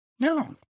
No